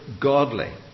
godly